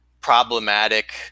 problematic